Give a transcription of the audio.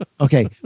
Okay